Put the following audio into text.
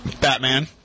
Batman